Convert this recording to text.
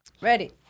Ready